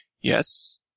Yes